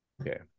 Okay